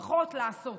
פחות לעשות.